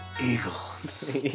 eagles